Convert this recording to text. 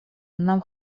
нам